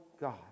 God